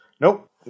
Nope